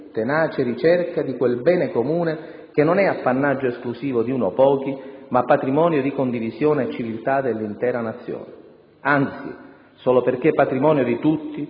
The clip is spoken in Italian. tenace ricerca di quel bene comune che non è appannaggio esclusivo di uno o pochi, ma patrimonio di condivisione e civiltà dell'intera Nazione. Anzi, solo perché patrimonio di tutti,